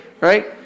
right